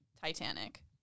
Titanic